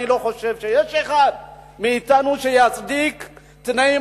אני לא חושב שיש אחד מאתנו שיצדיק תנאים